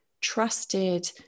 trusted